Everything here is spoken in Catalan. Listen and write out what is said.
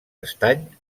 estany